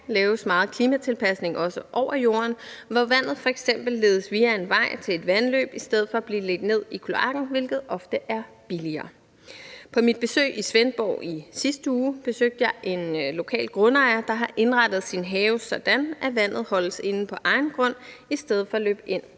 laves meget klimatilpasning også over jorden, hvor vandet f.eks. ledes via en vej til et vandløb i stedet for at blive ledt ned i kloakken, hvilket ofte er billigere. På mit besøg i Svendborg i sidste uge besøgte jeg en lokal grundejer, der har indrettet sin have sådan, at vandet holdes inden på egen grund i stedet for at løbe ind